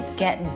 get